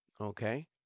okay